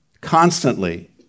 constantly